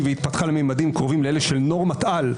והתפתחה לממדים קרובים לאלה של נורמת-על.